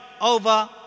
over